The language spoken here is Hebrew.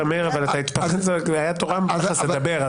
מאיר, זה היה תורם לדבר.